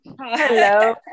hello